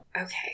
Okay